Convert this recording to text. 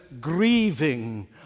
grieving